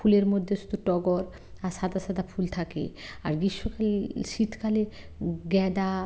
ফুলের মধ্যে শুধু টগর আর সাদা সাদা ফুল থাকে আর গ্রীষ্মকাল শীতকালে গাঁদা